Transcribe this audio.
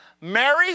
Mary